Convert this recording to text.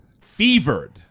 Fevered